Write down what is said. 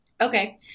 Okay